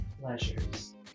pleasures